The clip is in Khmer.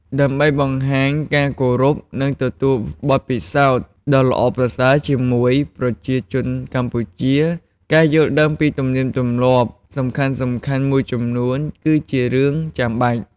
ដើម្បីបង្ហាញការគោរព និងទទួលបទពិសោធន៍ដ៏ល្អប្រសើរជាមួយប្រជាជនកម្ពុជា ការយល់ដឹងពីទំនៀមទម្លាប់សំខាន់ៗមួយចំនួនគឺជារឿងចាំបាច់។